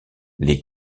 les